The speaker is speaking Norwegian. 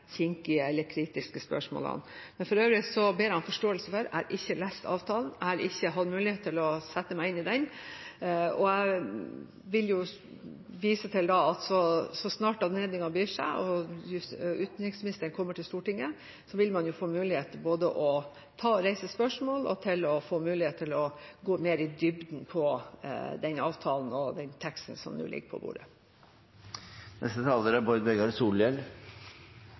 mer kinkige eller kritiske spørsmålene. Men for øvrig ber jeg om forståelse for at jeg ikke har lest avtalen. Jeg har ikke hatt mulighet til å sette meg inn i den. Jeg vil vise til at så snart anledningen byr seg og utenriksministeren kommer til Stortinget, vil man få mulighet til både å reise spørsmål og gå mer i dybden på avtalen og teksten som nå ligger på